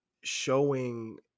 showing